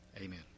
Amen